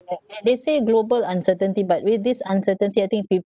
like ya they say global uncertainty but with this uncertainty I think peo~